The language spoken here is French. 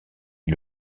est